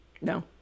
No